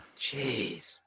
Jeez